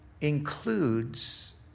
includes